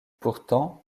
pourtant